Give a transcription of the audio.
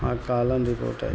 आकालन report अइ